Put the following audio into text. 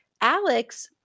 Alex